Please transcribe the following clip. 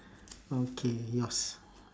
okay yours